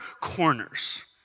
corners